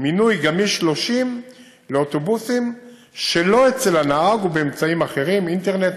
מינוי גמיש שלושים לאוטובוסים שלא אצל הנהג ובאמצעים אחרים: אינטרנט,